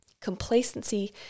Complacency